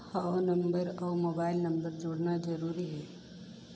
हव नंबर अउ mobile number जोड़ना जरूरी हे?